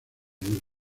nubes